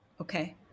Okay